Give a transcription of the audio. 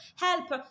help